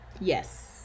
Yes